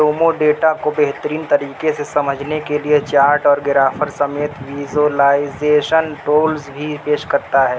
ڈومو data کو بہترین طریقے سے سمجھنے کے لیے چارٹ اور گرافر سمیت ویژوئلائزیشن ٹولز بھی پیش کرتا ہے